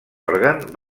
òrgan